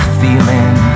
feeling